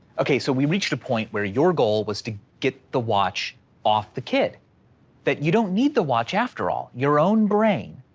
okay, so we reached a point where your goal was to get the watch off the kid that you don't need to watch, after all, your own brain,